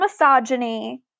misogyny